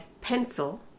Pencil